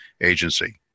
Agency